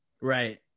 Right